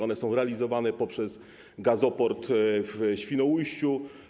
One są realizowane poprzez gazoport w Świnoujściu.